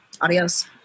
Adios